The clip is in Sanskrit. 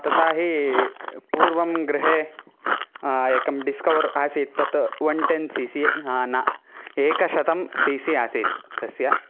तथा हि पूर्वं गृहे एकं डिस्कवर् आसीत् तत् वन् टेन् सि सि हा न एकशतं सि सि आसीत् तस्य